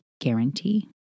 guarantee